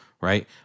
right